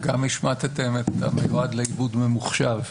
השמטתם גם את "המיועד לעיבוד ממוחשב".